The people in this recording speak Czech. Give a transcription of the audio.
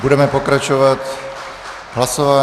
Budeme pokračovat v hlasování.